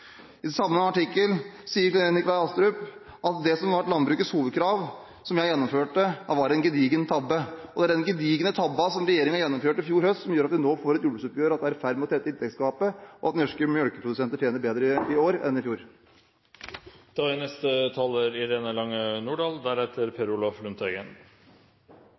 idé.» I samme artikkel sier Astrup at det som har vært landbrukets hovedkrav, og som regjeringen og jeg gjennomførte, var en «gigantisk tabbe». Det er denne «gigantiske tabben» som regjeringen gjennomførte i fjor høst, som nå gjør at vi får et jordbruksoppgjør, at det er i ferd med å tette inntektsgapet, og at norske melkeprodusenter tjener bedre i år enn i